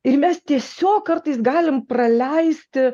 ir mes tiesiog kartais galim praleisti